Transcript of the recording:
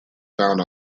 found